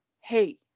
hey